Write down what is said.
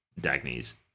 Dagny's